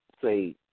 say